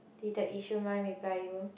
did the Yishun one reply you